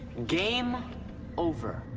game over.